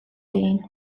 egin